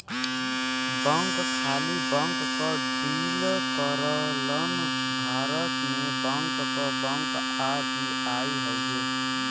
bank खाली bank क deal करलन भारत में बैंक क बैंक आर.बी.आई हउवे